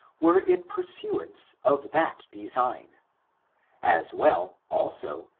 were in pursuance of that design as well, also,